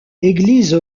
église